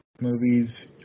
movies